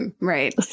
Right